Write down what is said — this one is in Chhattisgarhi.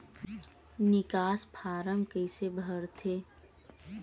निकास फारम कइसे भरथे?